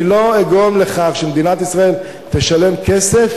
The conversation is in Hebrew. אני לא אגרום לכך שמדינת ישראל תשלם כסף